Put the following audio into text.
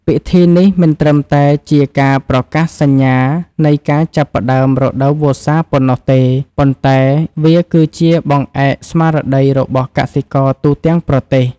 ពិធីនេះមិនត្រឹមតែជាការប្រកាសសញ្ញានៃការចាប់ផ្តើមរដូវវស្សាប៉ុណ្ណោះទេ ប៉ុន្តែវាគឺជាបង្អែកស្មារតីរបស់កសិករទូទាំងប្រទេស។